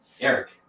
eric